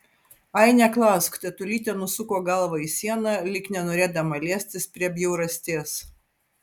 ai neklausk tetulytė nusuko galvą į sieną lyg nenorėdama liestis prie bjaurasties